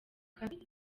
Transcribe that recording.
kabiri